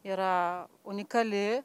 yra unikali